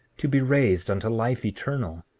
to be raised unto life eternal,